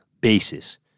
basis